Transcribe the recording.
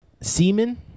semen